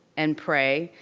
and pray,